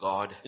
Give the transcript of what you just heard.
God